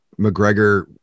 McGregor